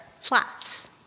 flats